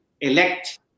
elect